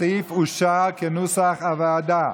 הסעיף, כנוסח הוועדה,